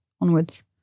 onwards